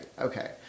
Okay